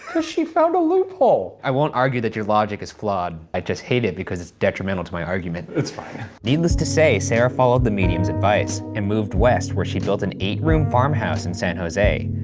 cause she found a loophole! i won't argue that your logic is flawed. i just hate it because it's detrimental to my argument. it's fine. needless to say, sarah followed the medium's advice and moved west where she built an eight room farm house in san jose.